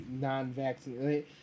non-vaccine